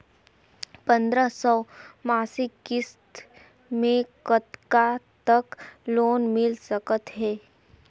पंद्रह सौ मासिक किस्त मे कतका तक लोन मिल सकत हे?